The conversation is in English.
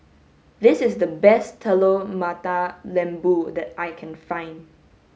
this is the best Telur Mata Lembu that I can find